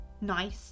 nice